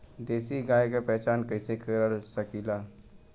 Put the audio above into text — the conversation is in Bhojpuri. देशी गाय के पहचान कइसे कर सकीला?